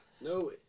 No